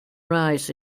rights